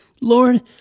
Lord